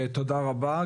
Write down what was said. תודה רבה.